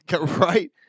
right